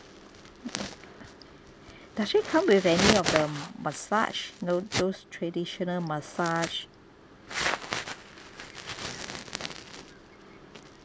does it come with any of the massage you know those traditional massage